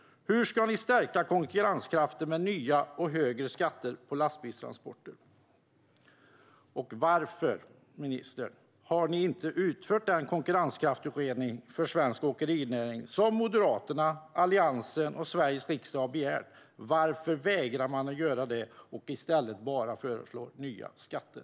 Hur ska ni stärka konkurrenskraften med nya och högre skatter på lastbilstransporter? Och varför, ministern, har ni inte utfört den konkurrenskraftsutredning för svensk åkerinäring som Moderaterna, Alliansen och Sveriges riksdag har begärt? Varför vägrar ni att göra detta? I stället föreslår ni bara nya skatter.